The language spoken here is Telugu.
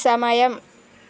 సమయం